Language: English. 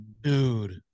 Dude